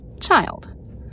child